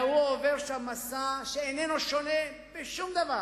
הוא עובר שם מסע שאינו שונה בשום דבר